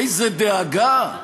איזו דאגה,